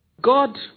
God